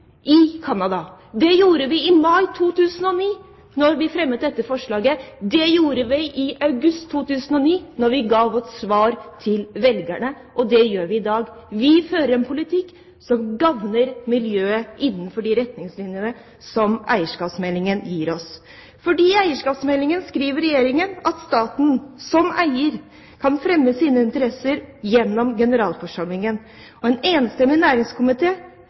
i Canada, det gjorde vi i mai 2009, da vi fremmet dette forslaget, det gjorde vi i august 2009, da vi ga vårt svar til velgerne, og det gjør vi i dag. Vi fører en politikk som gagner miljøet innenfor de retningslinjene som eierskapsmeldingen gir oss. I eierskapsmeldingen skriver Regjeringen at staten som eier fremmer «sine interesser gjennom generalforsamling». En enstemmig